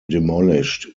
demolished